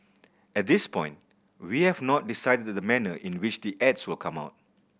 at this point we have not decided the manner in which the ads will come out